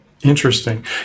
Interesting